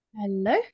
Hello